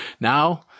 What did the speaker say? Now